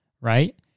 right